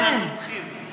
אני מהתומכים.